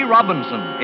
Robinson